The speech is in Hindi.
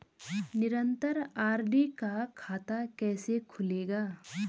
निरन्तर आर.डी का खाता कैसे खुलेगा?